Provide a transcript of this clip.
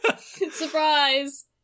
Surprise